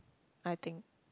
I think